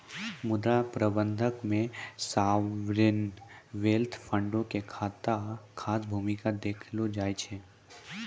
मुद्रा प्रबंधन मे सावरेन वेल्थ फंडो के खास भूमिका देखलो जाय छै